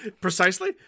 Precisely